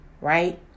right